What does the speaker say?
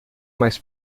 mais